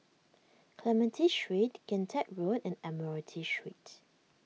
Clementi Street Kian Teck Road and Admiralty Street